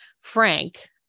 Frank